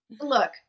look